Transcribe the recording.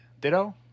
Ditto